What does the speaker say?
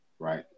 Right